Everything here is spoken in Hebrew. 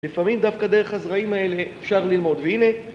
לפעמים דווקא דרך הזרעים האלה אפשר ללמוד. והנה